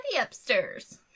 upstairs